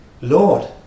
Lord